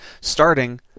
starting